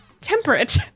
temperate